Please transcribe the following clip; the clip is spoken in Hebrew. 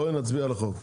בואו נצביע על החוק.